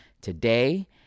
today